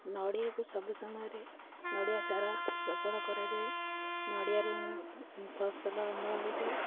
ନଡ଼ିଆକୁ ସବୁ ସମୟରେ ନଡ଼ିଆ ଚାରା ରୋପଣ କରାଯାଏ ନଡ଼ିଆରୁ ଫସଲ ଅମଳ ହୋଇଥାଏ